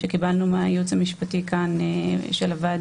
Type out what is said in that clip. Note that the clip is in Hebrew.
שקיבלנו מהייעוץ המשפטי של הוועדה.